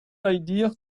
idea